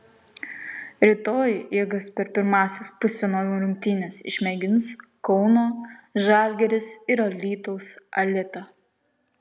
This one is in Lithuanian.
rytoj jėgas per pirmąsias pusfinalio rungtynes išmėgins kauno žalgiris ir alytaus alita